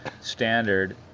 standard